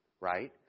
Right